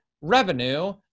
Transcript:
revenue